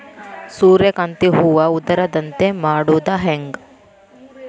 ಸೂರ್ಯಕಾಂತಿ ಹೂವ ಉದರದಂತೆ ಮಾಡುದ ಹೆಂಗ್?